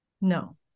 no